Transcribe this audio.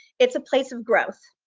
it's a place of growth.